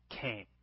came